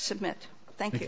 submit thank you